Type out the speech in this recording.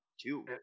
two